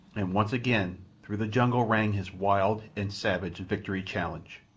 and once again through the jungle rang his wild and savage victory challenge.